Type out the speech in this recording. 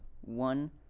one